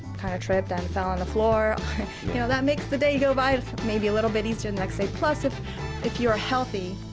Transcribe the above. kind of tripped and fell on the floor, you know, that makes the day go by maybe a little bit easier the next day. plus, if if you're healthy,